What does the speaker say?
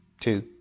two